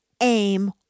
aim